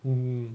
um